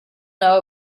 know